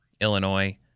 Illinois